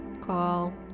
call